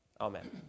Amen